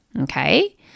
okay